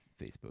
Facebook